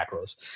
macros